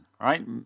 right